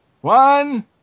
one